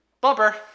Bumper